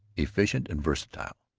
efficient, and versatile.